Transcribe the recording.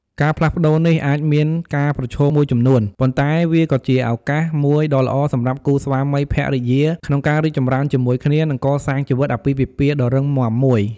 ការផ្លាស់ប្តូរនេះអាចមានការប្រឈមមួយចំនួន ប៉ុន្តែវាក៏ជាឱកាសមួយដ៏ល្អសម្រាប់គូស្វាមីភរិយា ក្នុងការរីកចម្រើនជាមួយគ្នា និងកសាងជីវិតអាពាហ៍ពិពាហ៍ដ៏រឹងមាំមួយ។